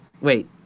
Wait